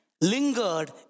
lingered